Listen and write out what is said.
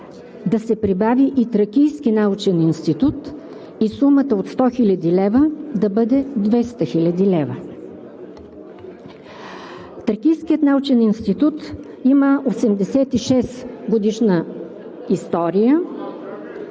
да се прибави и „Тракийски научен институт“ и сумата от „100 хил. лв.“ да бъде „200 хил. лв.“. Тракийският научен институт има 86-годишна история,